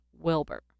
Wilbur